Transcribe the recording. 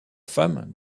femme